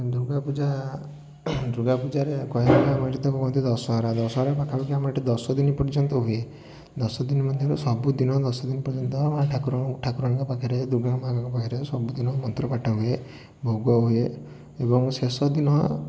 ଦୁର୍ଗାପୂଜା ଦୁର୍ଗାପୂଜାରେ କହିବା ପାଇଁ ଗଲେ ତାକୁ ଦଶହରା ଦଶହରା ପାଖାପାଖି ଆମର ଏଠି ଦଶଦିନ ପର୍ଯ୍ୟନ୍ତ ହୁଏ ଦଶଦିନ ମଧ୍ୟରେ ସବୁଦିନ ଦଶଦିନ ପର୍ଯ୍ୟନ୍ତ ଠାକୁରଙ୍କ ଠାକୁରଙ୍କ ପାଖରେ ଦୁର୍ଗାମା'ଙ୍କ ପାଖରେ ସବୁଦିନ ମନ୍ତ୍ର ପାଠ ହୁଏ ଭୋଗ ହୁଏ ଏବଂ ଶେଷଦିନ